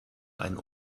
einen